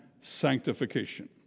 sanctification